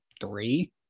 three